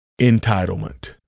Entitlement